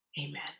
amen